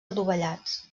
adovellats